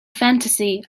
fantasy